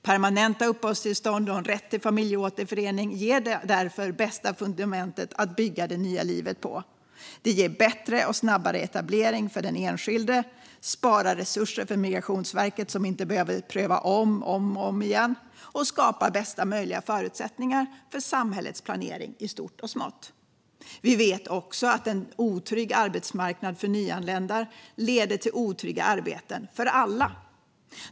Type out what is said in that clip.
Permanenta uppehållstillstånd och en rätt till familjeåterförening ger därför det bästa fundamentet att bygga det nya livet på. Det ger bättre och snabbare etablering för den enskilde, spar resurser för Migrationsverket, som inte behöver ompröva uppehållstillstånd om och om igen, och skapar bästa möjliga förutsättningar för samhällets planering i stort och smått. Vi vet också att en otrygg arbetsmarknad för nyanlända leder till otrygga arbeten för alla.